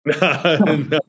No